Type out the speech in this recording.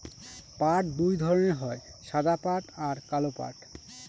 পাট দুই ধরনের হয় সাদা পাট আর কালো পাট